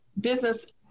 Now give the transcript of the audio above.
business